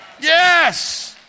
Yes